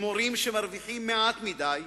עם מורים שמרוויחים מעט מדי,